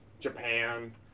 japan